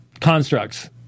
constructs